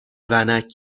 ونک